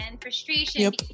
frustration